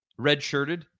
redshirted